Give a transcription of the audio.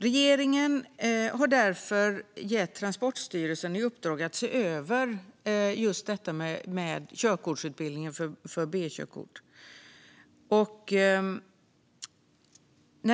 Regeringen har därför gett Transportstyrelsen i uppdrag att se över just körkortsutbildningen för B-körkort.